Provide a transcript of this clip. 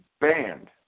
banned